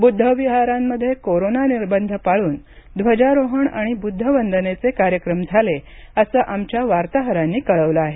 बुद्धविहारांमध्ये corona निर्बंध पाळून ध्वजारोहण आणि बुद्धवंदनेचे कार्यक्रम झाले असं आमच्या वार्ताहरांनी कळवलं आहे